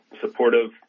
supportive